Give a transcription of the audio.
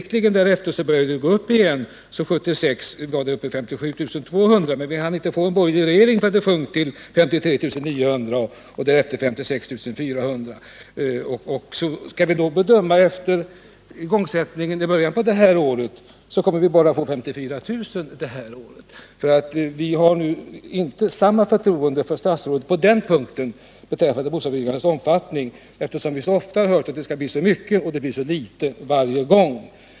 Men strax därefter började ju bostadsbyggandet öka igen. 1976 byggdes det 57 200 lägenheter. Men sedan hann vi knappt få borgerlig regering förrän bostadsbyggandet sjönk till 53 900 lägenheter år 1977 och sedan hamnade på 56 400 år 1978. Av igångsättningen i början av det här året att döma kommer det i år att byggas bara 54 000 lägenheter. Vi har inte så stort förtroende för statsrådet när det gäller att bedöma bostadsbyggandets omfattning, eftersom vi så ofta fått höra att det skall bli så mycket men det sedan blir så litet varje gång.